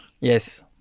Yes